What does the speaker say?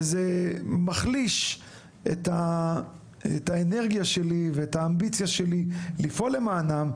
וזה מחליש את האנרגיה שלי ואת האמביציה שלי לפעול למענם.